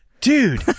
Dude